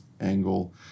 angle